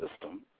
system